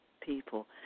people